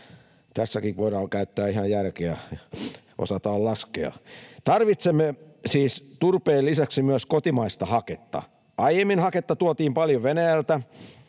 Tässäkin voidaan käyttää ihan järkeä, osataan laskea. Tarvitsemme siis turpeen lisäksi myös kotimaista haketta. Aiemmin haketta tuotiin paljon Venäjältä,